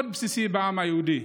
מאוד בסיסי בעם היהודי.